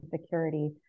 security